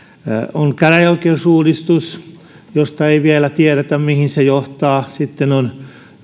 on käräjäoikeusuudistus josta ei vielä tiedetä mihin se johtaa sitten on